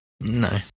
No